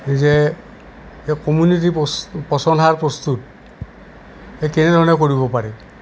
যে এই কমিউনিটি পচন সাৰ প্ৰস্তুত এই কেনেধৰণে কৰিব পাৰে